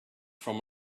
from